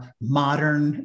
modern